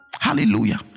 hallelujah